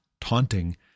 taunting